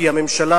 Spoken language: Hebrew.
כי הממשלה,